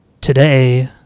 Today